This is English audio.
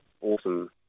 awesome